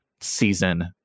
season